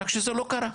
רק שזה לא קרה.